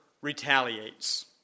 retaliates